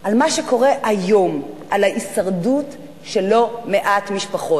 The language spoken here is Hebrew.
על מה שקורה היום, על ההישרדות של לא מעט משפחות.